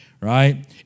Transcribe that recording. right